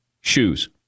shoes